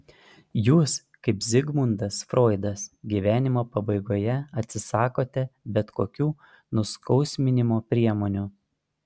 jūs kaip zigmundas froidas gyvenimo pabaigoje atsisakote bet kokių nuskausminimo priemonių